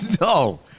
no